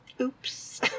Oops